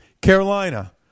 Carolina